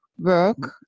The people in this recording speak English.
work